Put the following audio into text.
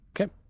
Okay